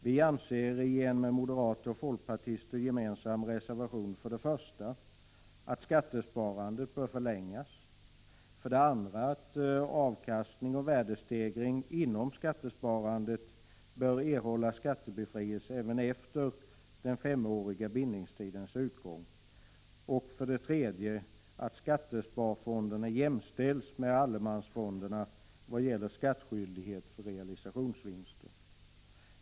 Vi anför i en med moderater och folkpartister gemensam reservation för det första att skattesparandet bör förlängas, för det andra att avkastning och värdestegring inom skattesparandet bör erhålla skattebefrielse även efter den femåriga bindningstidens utgång och för det tredje att skattesparfonder skall jämställas med allemansfonderna vad gäller skattskyldighet för realisationsvinster.